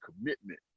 commitment